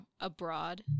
abroad